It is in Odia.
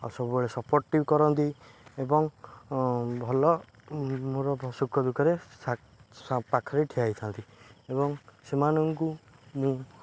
ଆଉ ସବୁବେଳେ ସପୋର୍ଟ୍ ବି କରନ୍ତି ଏବଂ ଭଲ ମୋର ସୁଖ ଦୁଃଖରେ ପାଖରେ ଠିଆ ହୋଇଥାନ୍ତି ଏବଂ ସେମାନଙ୍କୁ ମୁଁ